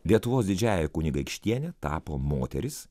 lietuvos didžiąja kunigaikštiene tapo moteris